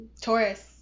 Taurus